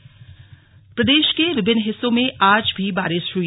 मौसम प्रदेश के विभिन्न हिस्सों में आज भी बारिश हुई